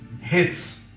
hits